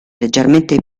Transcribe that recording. leggermente